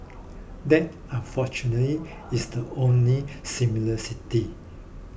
that unfortunately is the only